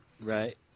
Right